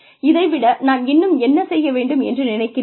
இதை விட நான் இன்னும் என்ன செய்ய வேண்டும் என்று நினைக்கிறீர்கள்